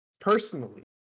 personally